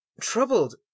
Troubled